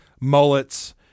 mullets